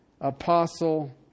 Apostle